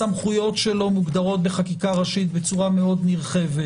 הסמכויות שלו מוגדרות בחקיקה ראשית בצורה נרחבת.